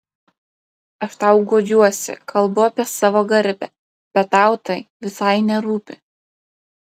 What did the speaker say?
aš tau guodžiuosi kalbu apie savo garbę bet tau tai visai nerūpi